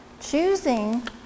choosing